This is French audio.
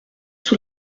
sous